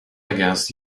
against